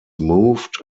moved